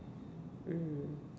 mm